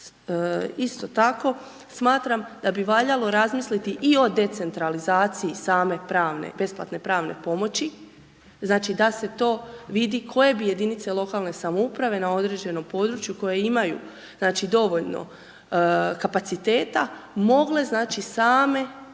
Isto tako, smatram da bi valjalo razmisliti i o decentralizaciji same besplatne pravne pomoći, znači, da se to vidi koje bi jedinice lokalne samouprave na određenom području koje imaju, znači, dovoljno kapaciteta, mogle,